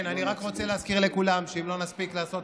אני רק רוצה להזכיר לכולם שאם לא נספיק לעשות